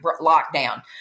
lockdown